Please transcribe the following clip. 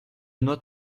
note